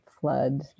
flood